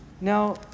now